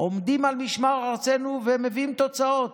עומדים על משמר ארצנו והם מביאים תוצאות.